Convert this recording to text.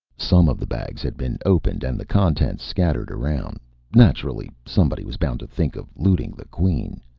some of the bags had been opened and the contents scattered around naturally, somebody was bound to think of looting the queen.